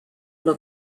una